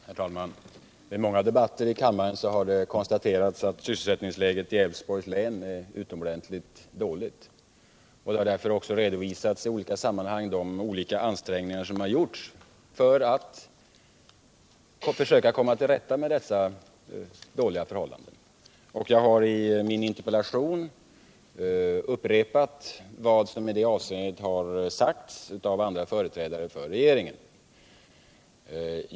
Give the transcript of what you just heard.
Herr talman! I många debatter i kammaren har det konstaterats att sysselsättningsläget i Älvsborgs län är utomordentligt dåligt, och därför har också i olika sammanhang redovisats de ansträngningar som gjorts för att komma till rätta med dessa dåliga förhållanden. I mitt interpellationssvar har jag upprepat vad som i det avseendet sagts av andra företrädare för regeringen.